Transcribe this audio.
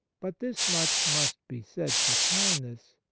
but this much must be said for kindness,